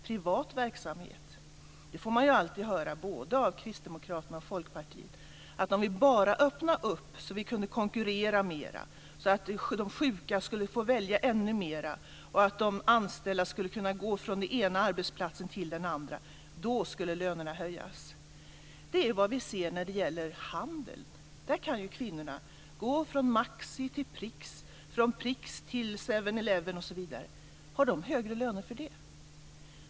Man får alltid höra, både av Kristdemokraterna och Folkpartiet, att lönerna skulle höjas om vi bara öppnade för mer konkurrens, så att de sjuka skulle få välja ännu mer och de anställda skulle kunna gå från den ena arbetsplatsen till den andra. Det är vad vi ser inom handeln. Där kan kvinnorna gå från Maxi till Prix, från Prix till 7-Eleven osv. Har de högre löner för det?